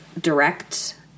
direct